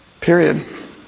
Period